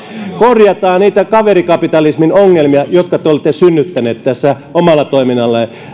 korjataan niitä kaverikapitalismin ongelmia jotka te olette synnyttäneet tässä omalla toiminnallanne ja